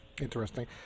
Interesting